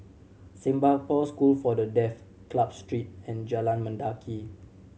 Singapore School for The Deaf Club Street and Jalan Mendaki